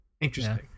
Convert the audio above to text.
Interesting